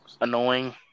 annoying